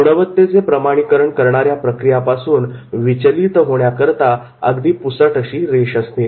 गुणवत्तेचे प्रमाणीकरण करणाऱ्या प्रक्रियापासून विचलीत होण्याकरता अगदी पुसटशी रेष असते